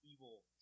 Evil